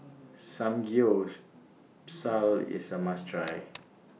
Samgyeopsal IS A must Try